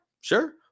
sure